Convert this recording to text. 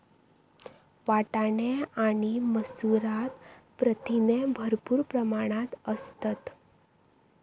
वाटाणे आणि मसूरात प्रथिने भरपूर प्रमाणात असतत